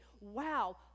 wow